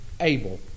able